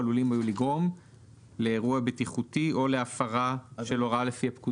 עלולים היו לגרום לאירוע בטיחותי או להפרה של הוראה לפי הפקודה".